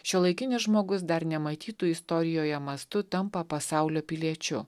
šiuolaikinis žmogus dar nematytu istorijoje mastu tampa pasaulio piliečiu